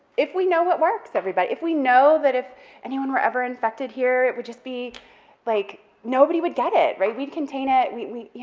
if we know what works, everybody? if we know that if anyone were ever infected here, it would just be like, nobody would get it, right, we'd contain it, we, yeah